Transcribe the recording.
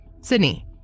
sydney